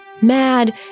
mad